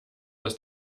dass